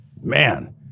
Man